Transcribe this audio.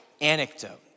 anecdote